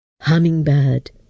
Hummingbird